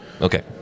okay